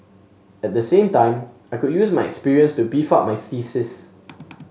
at the same time I could use my experience to beef up my thesis